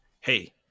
Hey